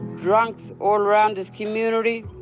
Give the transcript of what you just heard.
drunks all around this community,